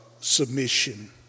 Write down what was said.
submission